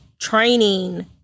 training